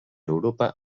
europa